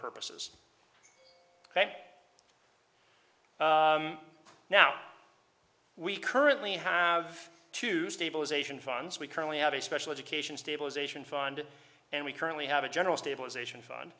purposes ok now we currently have two stabilization funds we currently have a special education stabilization fund and we currently have a general stabilization fun